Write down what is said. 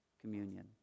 communion